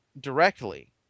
directly